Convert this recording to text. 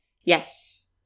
Yes